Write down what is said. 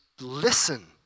Listen